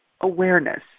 awareness